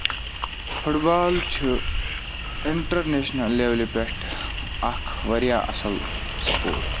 foot بال چھُ international لیولہِ پٮ۪ٹھ اکھ واریاہ اصٕل سُپوٹ